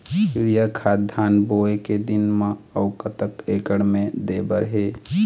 Urea खाद धान बोवे के दिन म अऊ कतक एकड़ मे दे बर हे?